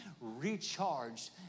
recharged